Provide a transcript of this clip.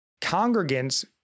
congregants